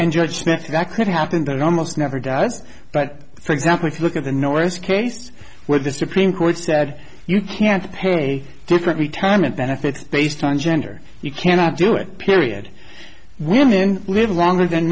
and judgement that could happen that almost never does but for example if you look at the norris case where the supreme court said you can't pay different retirement benefits based on gender you cannot do it period when live longer than